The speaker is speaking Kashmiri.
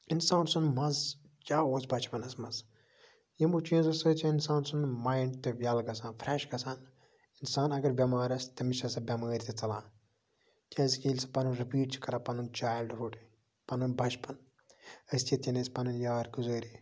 اِنسان سُند مَزٕ کیٛاہ اوس بَچپَنَس منٛز یِمو چیٖزو سۭتۍ چھُ اِنسان سُند مایِنٛڈ تہِ ییٚلہٕ گژھان فرٛٮ۪ش گژھان اِنسان اَگر بٮ۪مار آسہِ تٔمِس چھےٚ سۄ بٮ۪مٲرۍ تہِ ژَلان کیازِ کہِ ییٚلہِ سُہ پَنُن رِپیٖٹ چھِ کران پَنُن چایلڈٕ ہُڈ پَنُن بَچپَن أسۍ کِتھ کَنۍ ٲسۍ پنٛنٕۍ یار گُزٲری